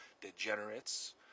degenerates